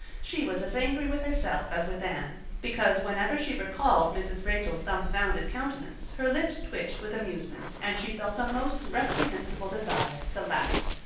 she was as angry with herself as with anne, because, whenever she recalled mrs. rachel's dumbfounded countenance her lips twitched with amusement and she felt a most reprehensible desire to laugh.